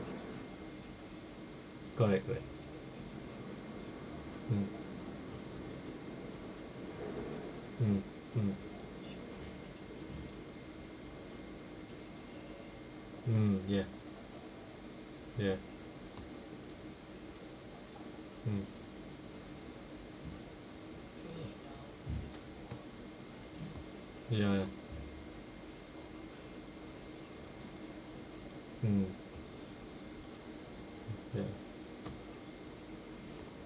correct correct mm mm mm mm yeah yeah mm ya ya mm ya